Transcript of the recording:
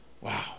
Wow